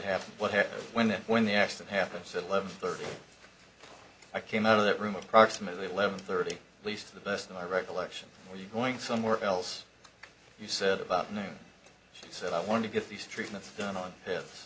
happened what happened when and when the accident happened said live thirty i came out of that room approximately eleven thirty at least to the best of my recollection are you going somewhere else you said about noon she said i want to get these treatments done on